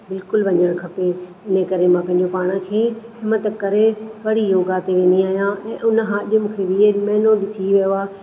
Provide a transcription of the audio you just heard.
बिल्कुल वञणु खपे हिन करे मां पंहिंजे पाण खे हिम्मत करे वरी योगा ते वेंदी आहियां ऐं हुन खां अॼु मुंखे महिनो बि थी वियो आहे